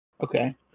okay